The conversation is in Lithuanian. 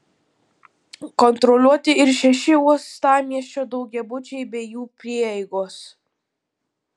kontroliuoti ir šeši uostamiesčio daugiabučiai bei jų prieigos